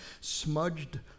smudged